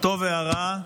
הטוב והרע,